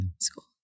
School